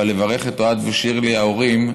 אבל לברך את אוהד ושירלי ההורים,